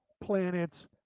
planets